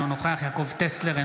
אינו נוכח יעקב טסלר,